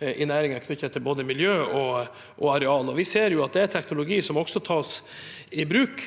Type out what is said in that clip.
i næringen knyttet til både miljø og areal. Vi ser at det er teknologi som også tas i bruk